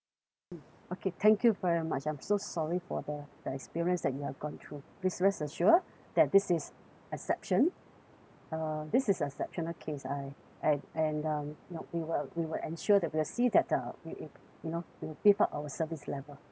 mm okay thank you very much I'm so sorry for the the experience that you have gone through please rest assure that this is exception uh this is exceptional case I and and um you know we will we will ensure that we'll see that uh we you you know we will beef up our service level